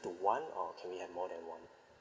to one or can we have more than one